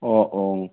অঁ অঁ